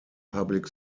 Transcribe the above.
public